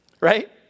Right